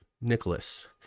Nicholas